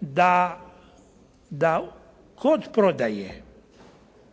da kod prodaje